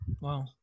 Wow